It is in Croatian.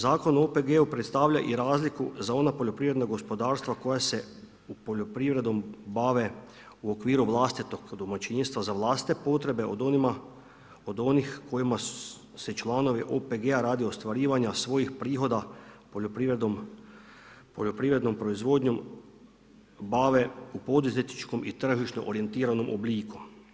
Zakon o OPG-u predstavlja i razliku za ona poljoprivredna gospodarstva koja se poljoprivredom bave u okviru vlastitog domaćinstva za vlastite potrebe od onih kojima se članovi OPG-a radi ostvarivanja svojih prihoda poljoprivrednom proizvodnjom bave u poduzetničkom i tržišnom orijentiranom obliku.